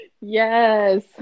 Yes